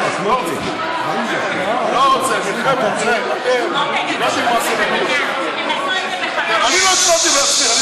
לא רוצה, אני לא הצבעתי בעצמי.